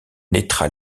naîtra